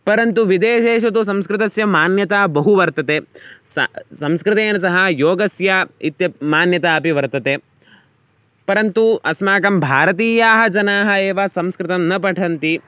परन्तु विदेशेषु तु संस्कृतस्य मान्यता बहु वर्तते स संस्कृतेन सह योगस्य इत्यपि मान्यता अपि वर्तते परन्तु अस्माकं भारतीयाः जनाः एव संस्कृतं न पठन्ति